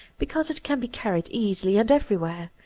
be cause it can be carried easily and everywhere,